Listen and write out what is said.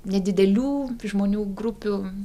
nedidelių žmonių grupių